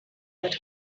that